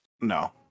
No